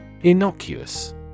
Innocuous